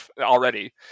already